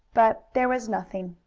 but there was nothing.